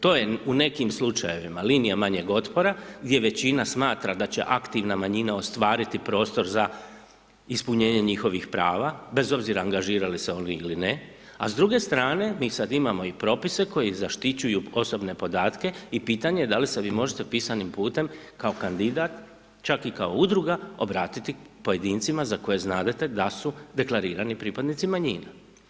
To je u nekim slučajevima linija manjeg otpora, gdje većina smatra da će aktivna manjina ostvariti prostor za ispunjenje njihovih prava, bez obzira angažirali se oni ili ne, a s druge strane, mi sad imamo i propise koji zaštićuju osobne podatke i pitanje je da li se vi možete pisanim putem kao kandidat, čak i kao udruga, obratiti pojedincima za koje znadete da su deklarirani pripadnici manjina.